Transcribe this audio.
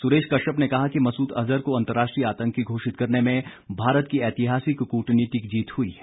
सुरेश कश्यप ने कहा कि मसूद अजहर को अंतर्राष्ट्रीय आतंकी घोषित करने में भारत की ऐतिहासिक कूटनीतिक जीत हुई है